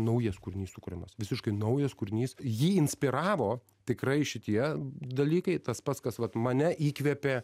naujas kūrinys sukuriamas visiškai naujas kūrinys jį inspiravo tikrai šitie dalykai tas pats kas vat mane įkvėpė